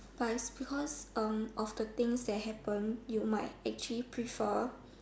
but is because um of the things that happen you might actually prefer